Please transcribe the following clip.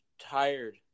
tired